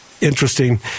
Interesting